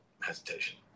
hesitation